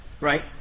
right